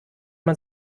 man